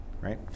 right